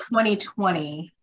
2020